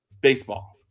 baseball